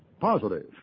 positive